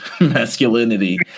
masculinity